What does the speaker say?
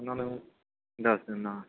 ਉਹਨਾਂ ਨੂੰ ਦੱਸ ਦਿੰਦਾ